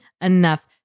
enough